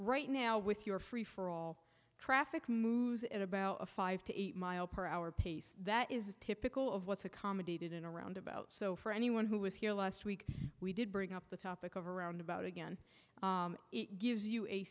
right now with your free for all traffic moves at about a five to eight mile per hour pace that is typical of what's accommodated and around about so for anyone who was here last week we did bring up the topic of around about again it gives you a